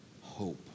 hope